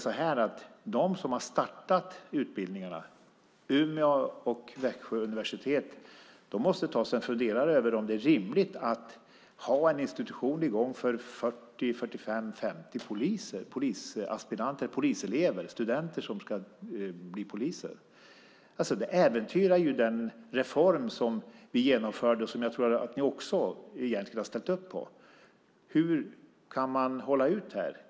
Jag tror att de som har startat utbildningarna - Umeå och Växjö universitet - måste ta sig en funderare över om det är rimligt att ha en institution i gång för 40-50 polisaspiranter - elever som ska bli poliser. Det äventyrar den reform som vi genomförde och som jag tror att ni också egentligen har ställt upp på. Hur kan man hålla ut?